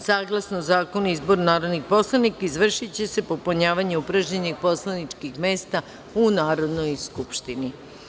Saglasno Zakonu o izboru narodnih poslanika, izvršiće se popunjavanje upražnjenih poslaničkih mesta u Narodnoj skupštini.